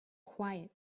quiet